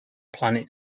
planet